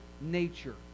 nature